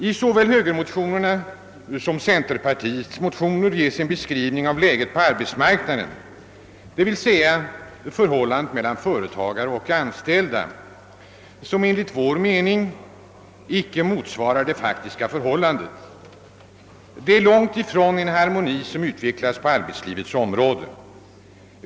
I såväl högermotionerna som centerpartimotionerna ges en beskrivning av läget på arbetsmarknaden, d.v.s. av förhållandet mellan företagare och anställda, som enligt vår mening inte motsvarar det faktiska förhållandet. Det är långt ifrån en harmoni som utvecklats på arbetslivets område.